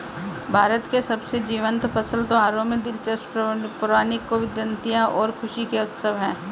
भारत के सबसे जीवंत फसल त्योहारों में दिलचस्प पौराणिक किंवदंतियां और खुशी के उत्सव है